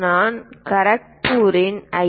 நான் கரக்பூரின் ஐ